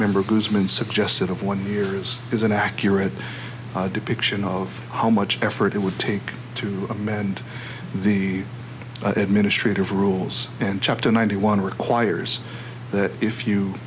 been suggested of one years is an accurate depiction of how much effort it would take to amend the administrative rules and chapter ninety one requires that if you